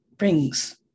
rings